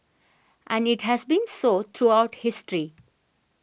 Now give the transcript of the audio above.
and it has been so throughout history